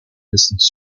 distance